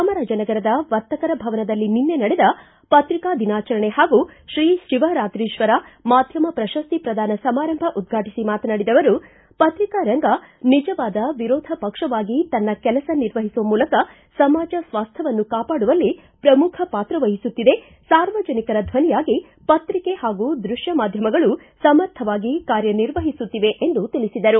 ಚಾಮರಾಜನಗರದ ವರ್ತಕರ ಭವನದಲ್ಲಿ ನಿನ್ನೆ ನಡೆದ ಪತ್ರಿಕಾ ದಿನಾಚರಣೆ ಹಾಗೂ ಶ್ರೀ ಶಿವರಾತ್ರೀಶ್ವರ ಮಾಧ್ಯಮ ಪ್ರಶಸ್ತಿ ಪ್ರದಾನ ಸಮಾರಂಭ ಉದ್ಘಾಟಿಸಿ ಮಾತನಾಡಿದ ಅವರು ಪತ್ರಿಕಾರಂಗ ನಿಜವಾದ ವಿರೋಧ ಪಕ್ಷವಾಗಿ ತನ್ನ ಕೆಲಸ ನಿರ್ವಹಿಸುವ ಮೂಲಕ ಸಮಾಜ ಸ್ವಾಸ್ಥವನ್ನು ಕಾಪಾಡುವಲ್ಲಿ ಪ್ರಮುಖ ಪಾತ್ರ ವಹಿಸುತ್ತಿದೆ ಸಾರ್ವಜನಿಕರ ಧ್ವನಿಯಾಗಿ ಪತ್ರಿಕೆ ಹಾಗು ದೃಶ್ಯ ಮಾಧ್ಯಮಗಳು ಸಮರ್ಥವಾಗಿ ಕಾರ್ಯ ನಿರ್ವಹಿಸುತ್ತಿವೆ ಎಂದು ತಿಳಿಸಿದರು